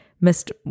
missed